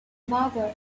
mother